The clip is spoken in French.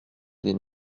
des